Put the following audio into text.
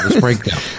breakdown